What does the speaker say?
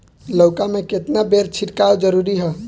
लउका में केतना बेर छिड़काव जरूरी ह?